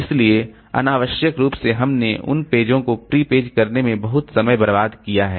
इसलिए अनावश्यक रूप से हमने उन पेजों को प्री पेज करने में बहुत समय बर्बाद किया है